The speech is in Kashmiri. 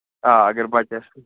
آ اَگر بَچہٕ آسہِ